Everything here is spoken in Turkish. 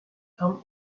tam